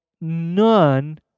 none